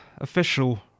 official